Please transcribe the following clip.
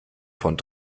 von